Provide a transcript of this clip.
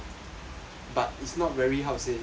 but it's not very how to say